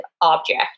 object